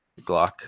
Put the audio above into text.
Glock